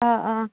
ꯑꯥꯑꯥ